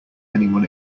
anyone